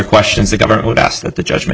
questions the government would ask that the judgment